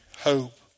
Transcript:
hope